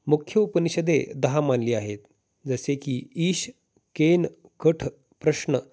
मुख्य उपनिषदे दहा मानली आहेत जसे की ईश केन कठ प्रश्न